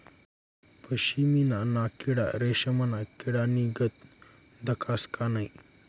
पशमीना ना किडा रेशमना किडानीगत दखास का नै